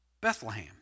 Bethlehem